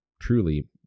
truly